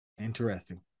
Interesting